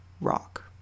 rock